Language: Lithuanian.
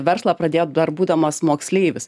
verslą pradėjot dar būdamas moksleivis